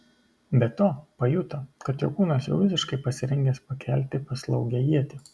be to pajuto kad jo kūnas jau visiškai pasirengęs pakelti paslaugią ietį